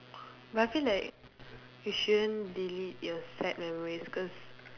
but I feel like you shouldn't delete your sad memories cause